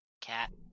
Cat